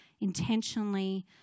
intentionally